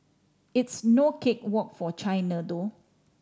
it's no cake walk for China though